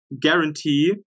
guarantee